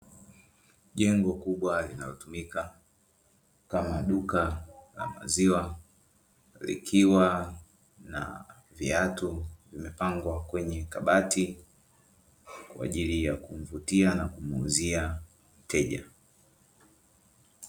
Jengo kubwa linalotumika kama duka la maziwa likiwa na viatu, vimepangwa kwenye kabati kwa ajili ya kumvutia na kumuuzia mteja.